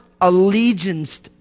allegiance